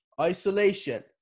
isolation